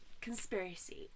conspiracy